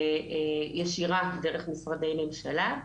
ישירה דרך משרדי ממשלה.